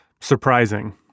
surprising